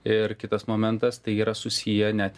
ir kitas momentas tai yra susiję net